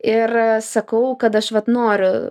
ir sakau kad aš vat noriu